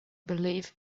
believe